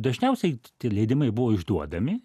dažniausiai tie leidimai buvo išduodami